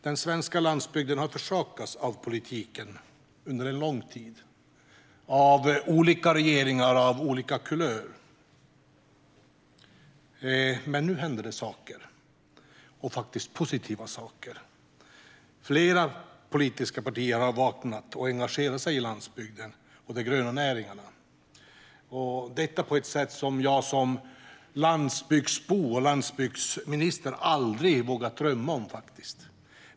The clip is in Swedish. Den svenska landsbygden har under lång tid försakats av politiken - av olika regeringar av olika kulör. Men nu händer det saker, och faktiskt positiva saker. Flera politiska partier har vaknat och engagerar sig i landsbygden och de gröna näringarna, detta på ett sätt som jag som landsbygdsbo och landsbygdsminister aldrig vågat drömma om.